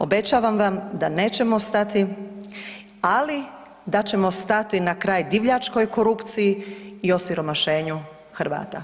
Obećavam vam da nećemo stati ali da ćemo stati na kraj divljačkoj korupciji i osiromašenju Hrvata.